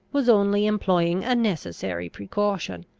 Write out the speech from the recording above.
was only employing a necessary precaution.